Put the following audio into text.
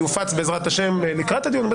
זה יופץ בעזרת השם לקראת הדיון.